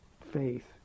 faith